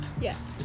Yes